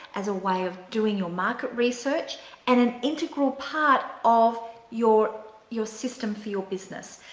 as a way of doing your market research and an integral part of your your system for your business.